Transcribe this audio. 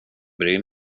bryr